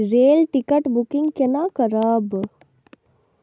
Rail ticket booking कोना करब?